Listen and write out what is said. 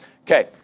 Okay